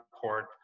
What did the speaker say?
court